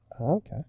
Okay